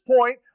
point